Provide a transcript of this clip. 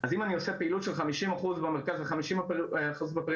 אז אם אני עושה פעילות של 50% במרכז ו-50% בפריפריה,